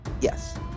Yes